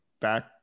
back